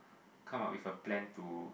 come out with a plan to